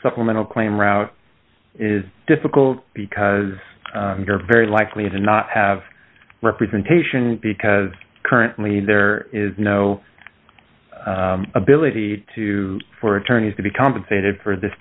supplemental claim route is difficult because you're very likely to not have representation because currently there is no ability to for attorneys to be compensated for this